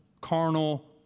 carnal